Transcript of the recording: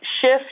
shift